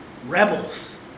Rebels